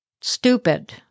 stupid